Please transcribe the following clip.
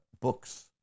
books